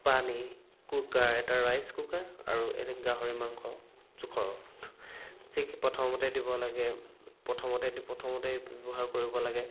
পানী কুকাৰ এটা rice cooker আৰু এইটো গাহৰি মাংস জোখৰ ঠিক প্ৰথমতে দিব লাগে প্ৰথমতে প্ৰথমতে ব্যৱহাৰ কৰিব লাগে